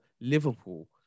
Liverpool